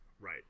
right